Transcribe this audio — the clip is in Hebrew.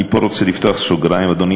אני פה רוצה לפתוח סוגריים, אדוני.